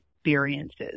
experiences